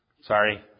Sorry